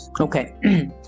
Okay